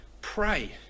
pray